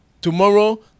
tomorrow